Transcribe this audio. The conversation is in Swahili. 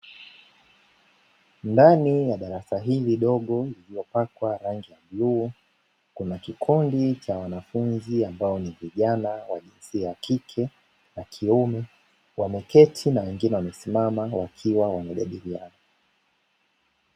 Ndani ya darasa hili dogo lililopakwa rangi ya bluu, kuna kikundi cha wanafunzi ambao ni vijana wa jinsia ya kike na kiume, wameketi na wengine wamesimama wakiwa wanajadiliana.